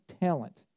talent